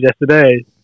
yesterday